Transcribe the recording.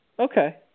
Okay